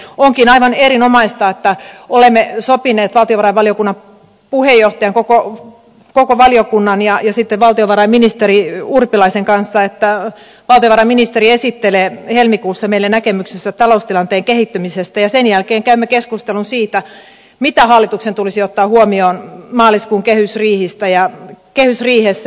onkin aivan erinomaista että olemme sopineet valtiovarainvaliokunnan puheenjohtajan koko valiokunnan ja sitten valtiovarainministeri urpilaisen kanssa että valtiovarainministeri esittelee helmikuussa meille näkemyksensä taloustilanteen kehittymisestä ja sen jälkeen käymme keskustelun siitä mitä hallituksen tulisi ottaa huomioon maaliskuun kehysriihessä